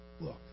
look